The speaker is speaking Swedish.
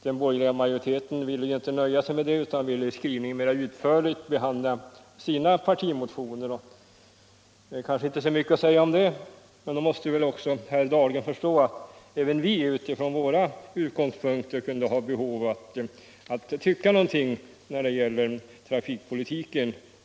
Den borgerliga majoriteten ville inte nöja sig med det utan ville i skrivningen mer utförligt behandla sina partimotioner. Det är inte mycket att säga om det, men då måste herr Dahlgren förstå att även vi har behov av att, från våra utgångspunkter och värderingar, ge till känna en uppfattning beträffande trafikpolitiken.